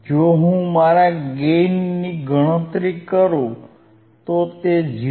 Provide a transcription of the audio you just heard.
જો હું મારા ગેઇન ની ગણતરી કરું તો તે 0